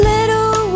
Little